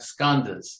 skandhas